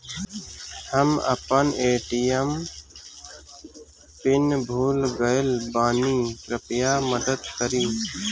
हम अपन ATM PIN भूल गएल बानी, कृपया मदद करीं